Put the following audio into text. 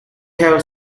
have